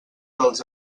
dels